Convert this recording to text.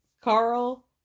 Carl